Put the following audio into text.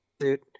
suit